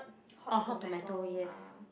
Hot-Tomato ah